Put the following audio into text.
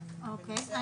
אוקיי,